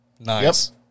Nice